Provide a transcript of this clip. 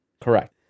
correct